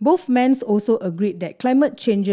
both men's also agreed that climate change